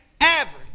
average